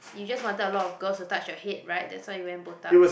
you just wanted a lot of girls to touch your head right that's why you went botak